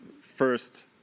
first